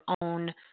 own